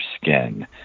skin